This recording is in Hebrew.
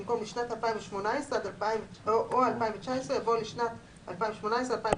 במקום ״לשנת 2018 או 2019״ יבוא ״לשנת 2019,2018